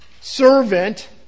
Servant